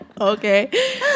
Okay